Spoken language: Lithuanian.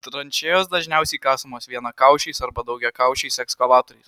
tranšėjos dažniausiai kasamos vienakaušiais arba daugiakaušiais ekskavatoriais